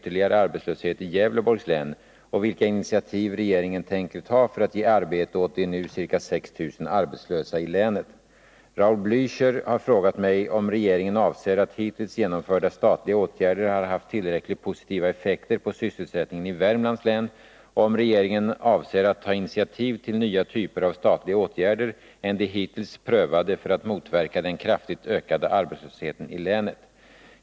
Raul Blächer har frågat mig om regeringen anser att hittills genomförda statliga åtgärder har haft tillräckligt positiva effekter på sysselsättningen i Värmlands län och om regeringen avser att ta initiativ till nya typer av statliga åtgärder än de hittills prövade för att motverka den kraftigt ökande arbetslösheten i länet.